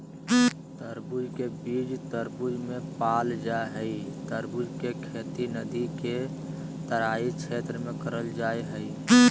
तरबूज के बीज तरबूज मे पाल जा हई तरबूज के खेती नदी के तराई क्षेत्र में करल जा हई